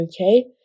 okay